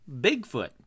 Bigfoot